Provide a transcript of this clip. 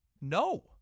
No